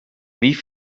wie